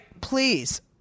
please